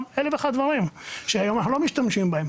ועוד אלף דברים שאנחנו לא משתמשים בהם.